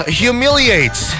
humiliates